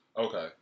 Okay